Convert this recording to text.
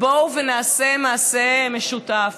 בואו ונעשה מעשה משותף.